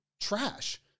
trash